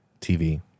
TV